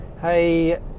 Hey